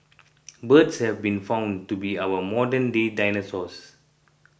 birds have been found to be our modernday dinosaurs